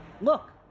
look